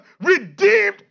redeemed